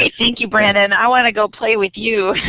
thank you, brandon. i want to go play with you